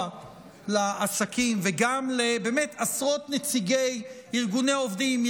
לעסקים וגם לעשרות נציגי ארגוני עובדים,